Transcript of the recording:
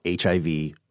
HIV